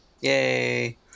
Yay